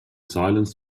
silence